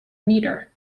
meter